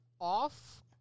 off